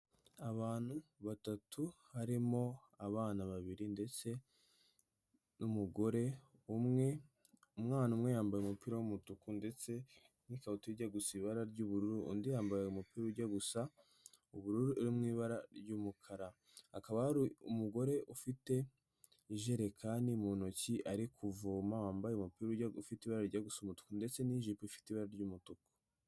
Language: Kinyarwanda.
Abantu batatu harimo abana babiri ndetse n'umugore umwe, umwana umwe yambaye umupira w'umutuku ndetse n'ikabutura ijya gu gusa ibara ry'ubururu undi yambaye umupira ujya gusa ubururu mu ibara ry'umukara, hakaba hari umugore ufite ijerekani mu ntoki ari kuvoma wambaye umupira ufite ibara rijya gusa umutuku ndetse n'ijipo ifite ibara ry'umutuku.